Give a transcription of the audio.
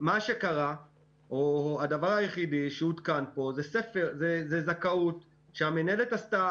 מה שקרה או הדבר היחידי שעודכן פה זה זכאות שהמנהלת עשתה,